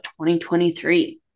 2023